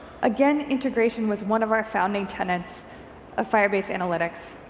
again, integration was one of our founding tenets of firebase analytics,